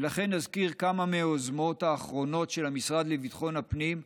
ולכן אזכיר כמה מהיוזמות האחרונות של המשרד לביטחון הפנים,